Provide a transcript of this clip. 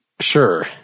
Sure